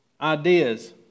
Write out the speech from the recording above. ideas